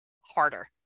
harder